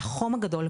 החום הגדול,